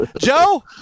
Joe